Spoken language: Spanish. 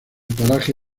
paraje